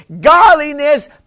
Godliness